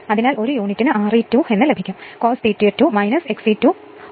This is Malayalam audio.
അതിനാൽ ഒരു യൂണിറ്റിന് R e 2 ലഭിക്കും cos ∅ 2 X e 2 per unit sin∅ 2